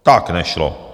Tak nešlo.